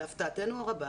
להפתעתנו הרבה,